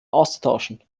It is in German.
auszutauschen